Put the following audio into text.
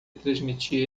transmitir